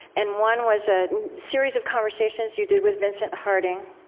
and one was a series of conversations you did with vincent harding,